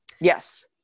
Yes